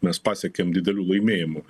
mes pasiekėm didelių laimėjimų